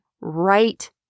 right